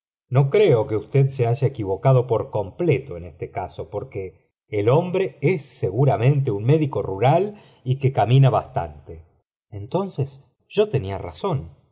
no creo que usted se haya equivocado por completo en mídico rque h mbre seguramente un médico rural y que camina bastante entonces yo tenía razón